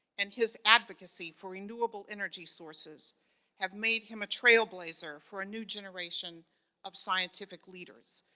and his advocacy for renewable energy sources have made him a trailblazer for a new generation of scientific leaders.